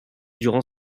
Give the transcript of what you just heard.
durant